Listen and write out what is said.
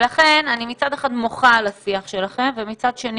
ולכן אני מצד אחד מוחה על השיח שלכם ומצד שני